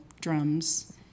drums